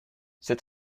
c’est